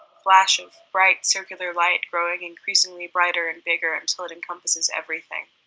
flash of bright, circular light, growing increasingly brighter and bigger until it encompasses everything.